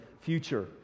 future